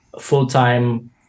full-time